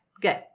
good